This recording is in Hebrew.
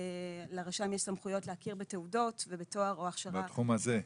לרשם יש סמכויות להכיר בתעודות ובתואר או הכשרה --- בתחום הזה.